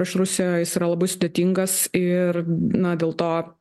prieš rusiją jis yra labai sudėtingas ir na dėl to